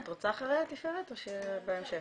בבקשה.